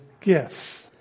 gifts